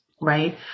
Right